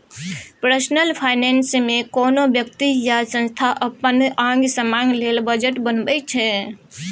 personal finance मे कोनो बेकती या संस्था अपन आंग समांग लेल बजट बनबै छै